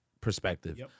perspective